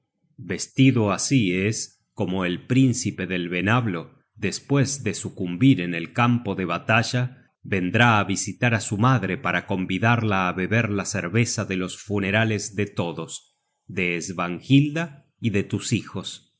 vestido así escomo el príncipe del venablo despues de sucumbir en el campo de batalla vendrá á visitar á su madre para convidarla á beber la cerveza de los funerales de todos de svanhilda y de tus hijos